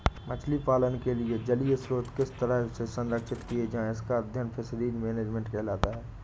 मछली पालन के लिए जलीय स्रोत किस तरह से संरक्षित किए जाएं इसका अध्ययन फिशरीज मैनेजमेंट कहलाता है